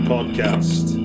Podcast